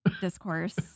discourse